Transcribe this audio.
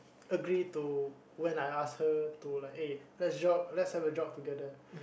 agree to when I ask her to like eh let's jog let's have a jog together